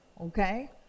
Okay